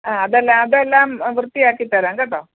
ആ അതല്ല അതെല്ലാം വൃത്തിയാക്കി തരാം കേട്ടോ